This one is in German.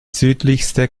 südlichste